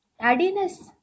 Tardiness